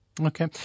Okay